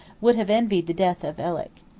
would have envied the death of ellac.